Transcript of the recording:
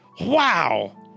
wow